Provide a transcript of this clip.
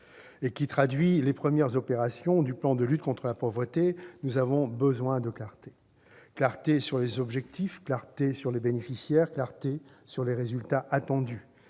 et qui traduit les premières orientations du plan de lutte contre la pauvreté, nous avons besoin de clarté, clarté sur les objectifs, clarté sur les bénéficiaires, clarté sur les résultats attendus.